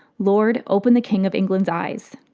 lord, open the king of england's eyes!